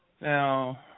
Now